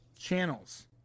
channels